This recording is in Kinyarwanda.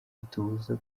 itubuza